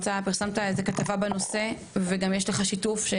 פרסמת איזו שהיא כתבה בנושא וגם יש לך עדות,